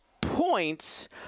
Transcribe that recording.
points